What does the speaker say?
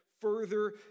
further